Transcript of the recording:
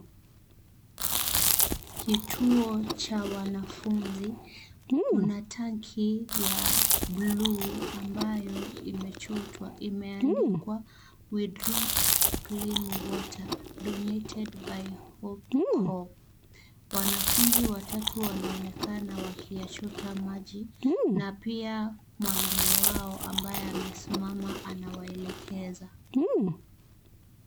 Kituo cha wanafunzi, kuna tangi ya bluu ambayo imeandikwa We drink clean water donated by Hopecore . Wanafunzi watatu wanaonekana wakiyachota maji, na pia mwalimu wao ambaye amesimama anawaelekeza.